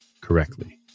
correctly